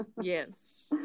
Yes